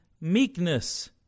Meekness